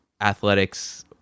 athletics